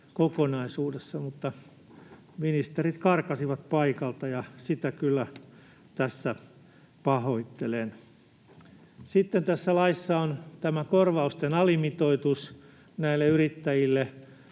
kokonaisuudessa. Mutta ministerit karkasivat paikalta, ja sitä kyllä tässä pahoittelen. Sitten tässä laissa on tämä korvausten alimitoitus näille yrittäjille